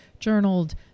journaled